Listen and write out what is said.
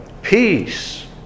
peace